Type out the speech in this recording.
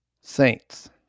Saints